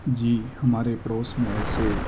جی ہمارے پڑوس میں ایسے